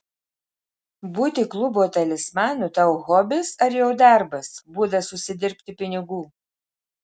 būti klubo talismanu tau hobis ar jau darbas būdas užsidirbti pinigų